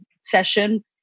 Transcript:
session